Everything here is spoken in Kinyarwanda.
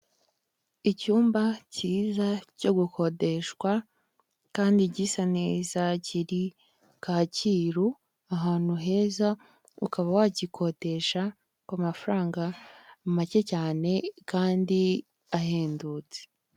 Icyumba cyiza cyo gukodeshwa kandi gisa neza kiri Kacyiru ahantu heza, ukaba wagikodesha ku mafaranga make cyane kandi ahendutse.